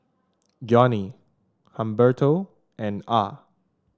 Johnny Humberto and Ah